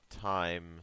time